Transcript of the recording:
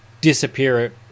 disappear